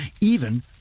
even